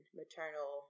maternal